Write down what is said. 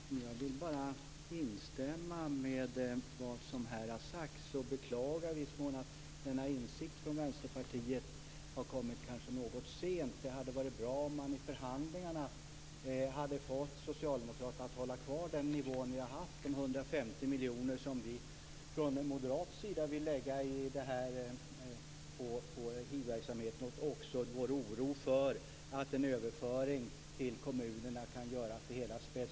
Fru talman! Jag vill bara instämma i vad som här har sagts och i viss mån beklaga att denna insikt från Vänsterpartiets sida kanske har kommit något sent. Det hade varit bra om man i förhandlingarna hade fått Socialdemokraterna att hålla kvar den nivå vi har haft, de 150 miljoner kronor som vi från moderat sida vill lägga på hivverksamheten. Vi känner också en oro för att en överföring till kommunerna kan göra att det hela späds ut.